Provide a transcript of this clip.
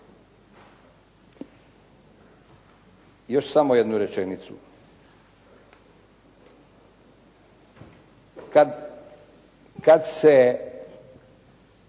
Još samo jednu rečenicu. Kad se